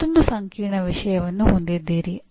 ನೀವು ಇನ್ನೂ ಮತ್ತೊಂದು ಸಂಕೀರ್ಣ ವಿಷಯವನ್ನು ಹೊಂದಿದ್ದೀರಿ